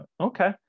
okay